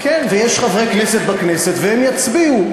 כן, ויש חברי כנסת בכנסת והם יצביעו.